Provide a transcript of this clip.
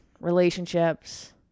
relationships